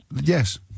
Yes